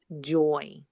joy